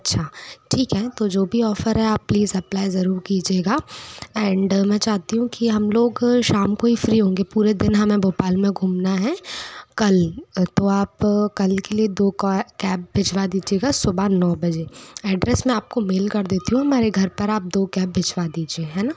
अच्छा ठीक है तो जो भी ऑफर आप प्लीज अप्लाई जरूर कीजिएगा एंड मैं चाहती हूँ कि हम लोग शाम को ही फ्री होंगे पूरे दिन हमें भोपाल में घूमना है कल तो आप कल के लिए दो कै कैब भेजवा दीजिएगा सुबह नौ बजे एड्रेस में आपको मेल कर देती हूँ हमारे घर पर आप दो कैब भिजवा दीजिएगा है ना